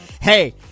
Hey